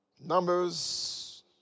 Numbers